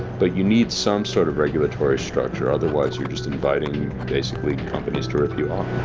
but you need some sort of regulatory structure, otherwise you're just inviting companies to rip you off.